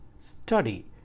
study